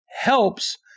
helps